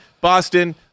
Boston